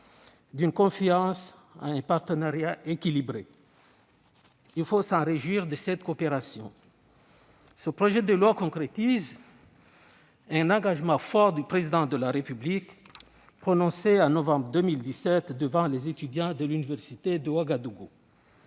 d'une confiance en un partenariat équilibré. Il faut se réjouir de cette coopération ! Ce projet de loi concrétise un engagement fort du Président de la République, prononcé en novembre 2017 devant les étudiants de l'université de Ouagadougou.